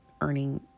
earning